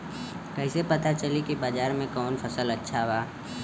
कैसे पता चली की बाजार में कवन फसल अच्छा बा?